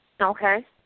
Okay